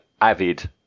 avid